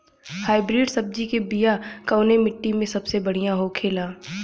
Hybrid सब्जी के बिया कवने मिट्टी में सबसे बढ़ियां होखे ला?